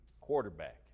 quarterback